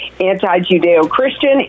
anti-Judeo-Christian